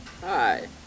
hi